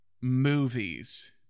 movies